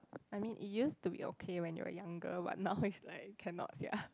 I mean it used to be okay when you are younger but now is like cannot sia